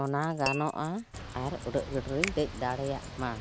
ᱚᱱᱟ ᱜᱟᱱᱚᱜᱼᱟ ᱟᱨ ᱩᱰᱟᱹᱜ ᱜᱟᱹᱰᱤᱨᱤᱧ ᱫᱮᱡ ᱫᱟᱲᱮᱭᱟᱜ ᱢᱟ